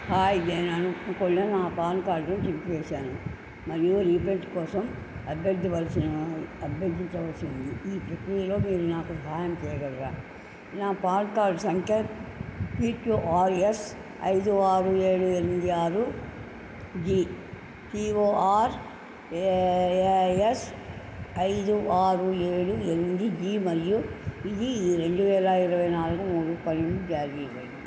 hi నేను నా PAN card చింపివేశాను మరియు రీప్రింట్ కోసం అభ్యర్థివాల్సిన అభ్యర్థించవలసి ఉంది ఈ ప్రక్రియలో మీరు నాకు సహాయం చెయ్యగలరా నా పాన్ కార్డు సంఖ్య పీక్యుఆర్ఎస్ ఐదు ఆరు ఏడు ఎనిమిది ఆరు జి పీక్యుఆర్ ఎస్ ఐదు ఆరు ఏడు ఎనిమిది జి మరియు ఇది రెండు వేల ఇరవై నాలుగు మూడు పన్నెండున జారీ చెయ్యబడింది